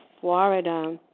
Florida